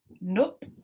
Nope